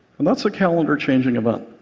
and that's a calendar-changing event.